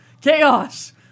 Chaos